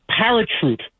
paratroop